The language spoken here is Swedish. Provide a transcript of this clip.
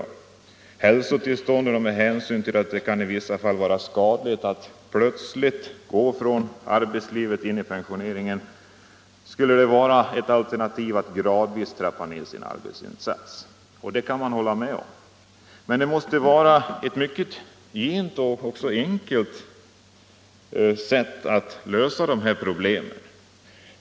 Med hänsyn till varierande hälsotillstånd och till att det i vissa fall kan vara skadligt att plötsligt gå från arbetslivet till full pensionering skulle det vara ett alternativ att gradvis trappa ned sin arbetsinsats. Det kan jag hålla med om. Men det måste vara ett mycket gint och enkelt sätt att lösa de här problemen.